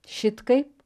šit kaip